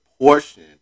portion